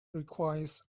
requires